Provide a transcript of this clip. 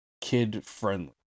kid-friendly